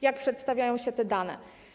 Jak przedstawiają się te dane?